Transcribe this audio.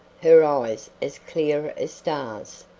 her eyes as clear as stars,